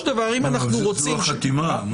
זאת לא החתימה.